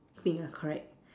pink ah correct